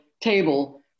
table